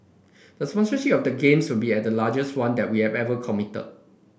the sponsorship of the Games will be at the largest one that we have ever committed